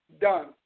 done